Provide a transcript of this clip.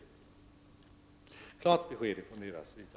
Vi borde kräva ett klart besked från deras sida.